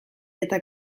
eta